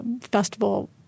Festival